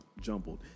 Jumbled